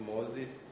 Moses